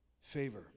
favor